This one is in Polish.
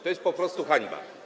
To jest po prostu hańba.